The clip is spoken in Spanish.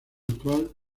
actual